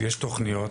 יש תוכניות,